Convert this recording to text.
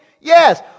Yes